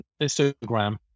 Instagram